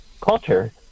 culture